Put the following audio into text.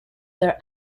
their